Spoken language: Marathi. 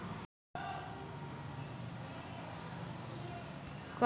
कर्जाचे ऑनलाईन फारम भरासाठी मले कोंते कागद लागन?